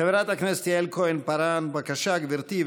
חברת הכנסת יעל כהן-פארן, בבקשה, גברתי.